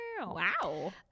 Wow